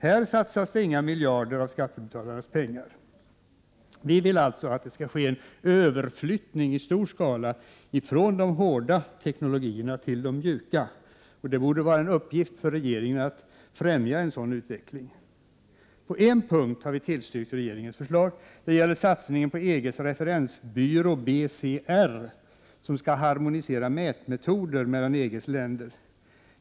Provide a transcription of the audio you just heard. Här satsas det inga miljarder av skattebetalarnas pengar. Vi vill alltså att det skall ske en överflyttning i stor skala från de hårda teknologierna till de mjuka. Det borde vara en uppgift för regeringen att främja en sådan utveckling. På en punkt har vi tillstyrkt regeringens förslag. Det gäller satsningen på EG:s referensbyrå, BCR, som skall harmonisera mätmetoder mellan EG:s länder.